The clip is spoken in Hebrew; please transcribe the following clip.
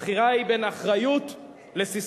הבחירה היא בין אחריות לססמאות,